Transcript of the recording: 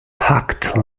packed